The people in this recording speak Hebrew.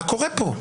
מה קורה פה?